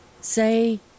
say